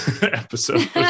episode